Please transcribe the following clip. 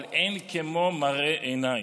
אבל אין כמו מראה עיניים.